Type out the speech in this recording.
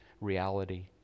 reality